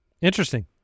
Interesting